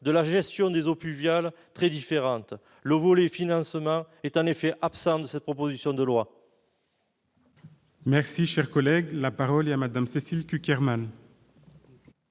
de la gestion des eaux pluviales très différentes. Le volet financement est en effet absent de cette proposition de loi. La parole est à Mme Cécile Cukierman,